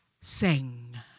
sing